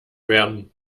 werden